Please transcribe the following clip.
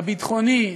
הביטחוני,